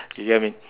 you get what I mean